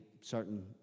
certain